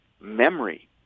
memory